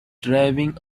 driving